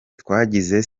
twagize